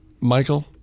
Michael